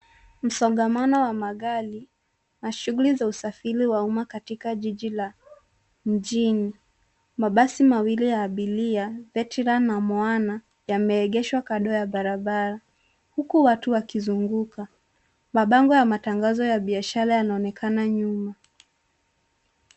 Msongamano wa magari na shughuli za usafiri wa umma katika jiji la mjini. Mabasi mawili ya abiria, Veteran na Moana yameegeshwa kando ya barabara huku watu wakizunguka. Mabango ya matangazo ya biashara yanaonekana nyuma.